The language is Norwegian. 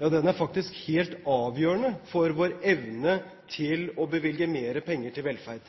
ja den er faktisk helt avgjørende for vår evne til å bevilge mer penger til velferd.